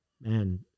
man